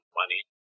money